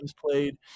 played